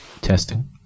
Testing